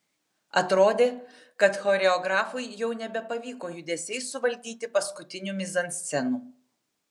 atrodė kad choreografui jau nebepavyko judesiais suvaldyti paskutinių mizanscenų